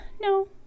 No